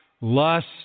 lust